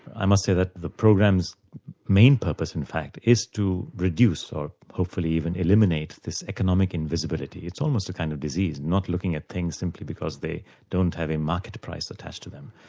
i must say that the program's main purpose in fact is to reduce or hopefully even eliminate this economic invisibility. it's almost a kind of disease not looking at things simply because they don't have a market price attached to them.